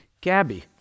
Gabby